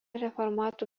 reformatų